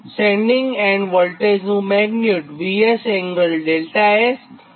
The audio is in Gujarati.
સેન્ડીંગ એન્ડ વોલ્ટેજનું મેગ્નીટ્યુડ VS∠δS છે